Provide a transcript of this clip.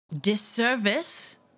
disservice